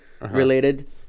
related